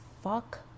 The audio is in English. fuck